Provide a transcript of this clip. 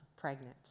pregnant